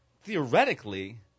theoretically